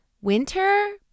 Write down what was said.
Winter